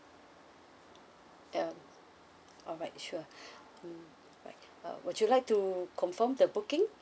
uh alright sure mm right uh would you like to confirm the booking